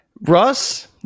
Russ